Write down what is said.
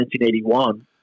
1981